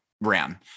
ran